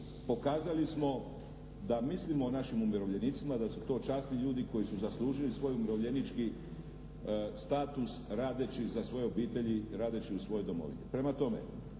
Pokazali smo da mislimo o našim umirovljenicima, da su to časni ljudi koji su zaslužili svoj umirovljenički status radeći za svoje obitelji, radeći u svojoj domovini.